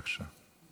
בבקשה.